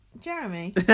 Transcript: Jeremy